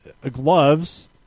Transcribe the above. gloves